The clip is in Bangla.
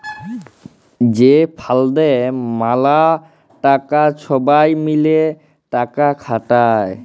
যে ফাল্ডে ম্যালা টাকা ছবাই মিলে টাকা খাটায়